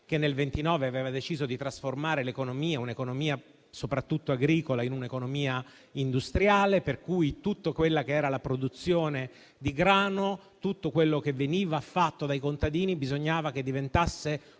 che nel 1929 aveva deciso di trasformare un'economia soprattutto agricola in un'economia industriale, per cui tutta la produzione di grano, tutto quello che veniva prodotto dai contadini bisognava che diventasse